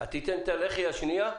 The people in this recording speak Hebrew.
תיתן את הלחי השניה?